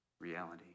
reality